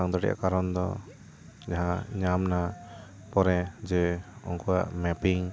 ᱵᱟᱝ ᱫᱟᱲᱮᱭᱟᱜ ᱠᱟᱨᱚᱱ ᱫᱚ ᱡᱟᱦᱟᱸ ᱧᱟᱢ ᱮᱱᱟ ᱯᱚᱨᱮ ᱩᱱᱠᱩᱭᱟᱜ ᱢᱮᱯᱤᱝ